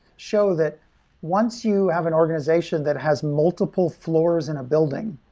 show that once you have an organization that has multiple floors in a building,